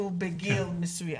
לעומת הדבקה של מישהו בגיל מסוים.